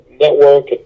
network